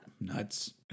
Nuts